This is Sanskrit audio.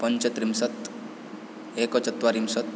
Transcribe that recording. पञ्चत्रिंशत् एकचत्वारिंशत्